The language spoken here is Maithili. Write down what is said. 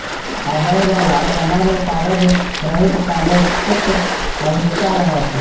आबयबाला समय मे कागज रहित काजक अधिकता रहत